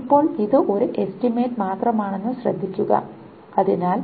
ഇപ്പോൾ ഇത് ഒരു എസ്റ്റിമേറ്റ് മാത്രമാണെന്നത് ശ്രദ്ധിക്കുക അതിനാൽ